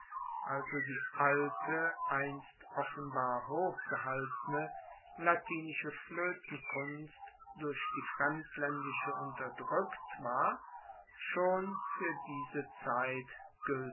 also die alte einst offenbar hochgehaltene latinische floetenkunst durch die fremdlaendische unterdrueckt war schon fuer diese zeit